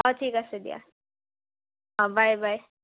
অঁ ঠিক আছে দিয়া অঁ বাই বাই